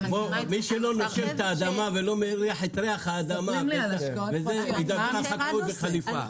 מי שלא נושם את האדמה ולא מריח את ריח האדמה ידבר על חקלאות בחליפה.